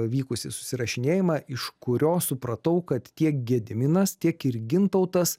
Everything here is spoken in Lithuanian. vykusį susirašinėjimą iš kurio supratau kad tiek gediminas tiek ir gintautas